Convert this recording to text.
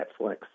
Netflix